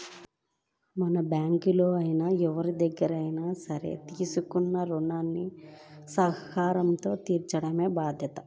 మనం బ్యేంకుల్లో అయినా ఎవరిదగ్గరైనా సరే తీసుకున్న రుణాలను సకాలంలో తీర్చటం బాధ్యత